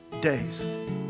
days